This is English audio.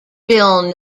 bill